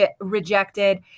rejected